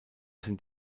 sind